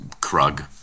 Krug